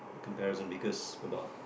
comparison because for about